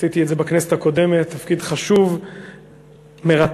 עשיתי את זה בכנסת הקודמת, תפקיד חשוב, מרתק,